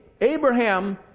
Abraham